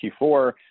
Q4